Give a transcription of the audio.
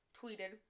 tweeted